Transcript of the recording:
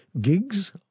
gigs